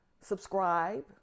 subscribe